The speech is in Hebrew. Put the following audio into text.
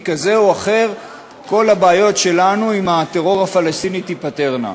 כזה או אחר כל הבעיות שלנו עם הטרור הפלסטיני תיפתרנה.